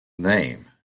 name